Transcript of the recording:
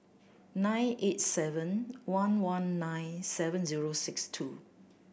nine eight seven one one nine seven zero six two